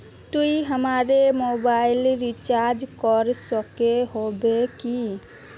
तू हमर mobile recharge कर सके होबे की?